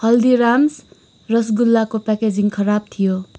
हल्दीराम्स रसगुल्लाको प्याकेजिङ खराब थियो